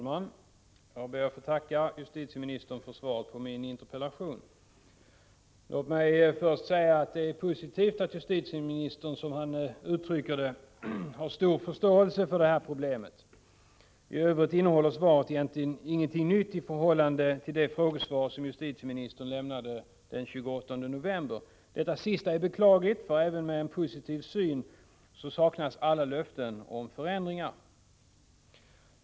Herr talman! Jag ber att få tacka justitieministern för svaret på min interpellation. Låt mig först få säga att det är positivt att justitieministern, som han uttrycker det, har stor förståelse för det här problemet. I övrigt innehåller svaret egentligen ingenting nytt i förhållande till det frågesvar som justitieministern lämnade den 28 november förra året. Detta sista är beklagligt, för även med en positiv syn saknas alla löften om förändringar.